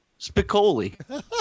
Spicoli